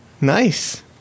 Nice